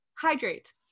hydrate